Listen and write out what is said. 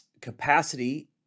capacity